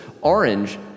orange